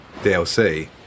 DLC